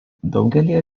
daugelyje